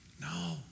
No